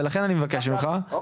ולכן אני מבקש ממך --- אוקיי,